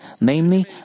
namely